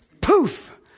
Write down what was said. poof